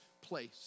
place